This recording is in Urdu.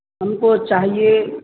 ہم کو چاہیے